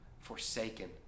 forsaken